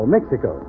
Mexico